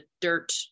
dirt